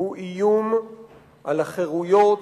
הוא איום על החירויות,